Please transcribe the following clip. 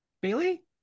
Bailey